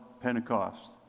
Pentecost